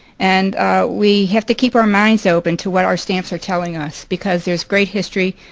and we have to keep our minds open to what our stamps are telling us because there's great history,